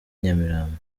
nyamirambo